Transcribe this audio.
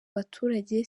baturage